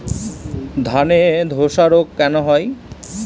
ধানে ধসা রোগ কেন হয়?